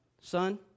son